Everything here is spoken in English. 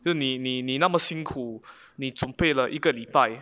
就你你你那么辛苦你准备了一个礼拜